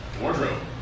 Wardrobe